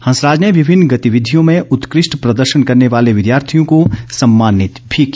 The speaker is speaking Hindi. हंसराज ने विभिन्न गतिविधियों में उत्कृष्ट प्रदर्शन करने वाले विद्यार्थियों को सम्मानित भी किया